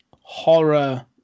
horror